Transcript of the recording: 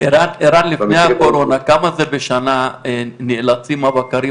ערן לפני הקורונה כמה זה בשנה נאלצים הבקרים